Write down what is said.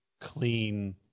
clean